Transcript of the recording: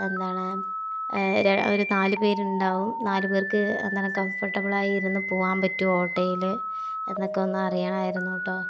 എന്താണ് ഒരു നാലു പേരുണ്ടാവും നാലുപേർക്ക് അന്നേരം കംഫർട്ടബിളായി ഇരുന്നു പോകുവാൻ പറ്റുമോ ഓട്ടോയിൽ എന്നൊക്കെ ഒന്ന് അറിയാനായിരുന്നു കേട്ടോ